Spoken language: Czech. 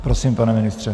Prosím, pane ministře.